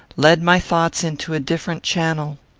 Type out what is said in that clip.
led my thoughts into a different channel.